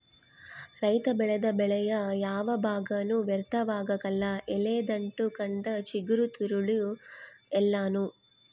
ರೈತ ಬೆಳೆದ ಬೆಳೆಯ ಯಾವ ಭಾಗನೂ ವ್ಯರ್ಥವಾಗಕಲ್ಲ ಎಲೆ ದಂಟು ಕಂಡ ಚಿಗುರು ತಿರುಳು ಎಲ್ಲಾನೂ